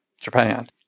Japan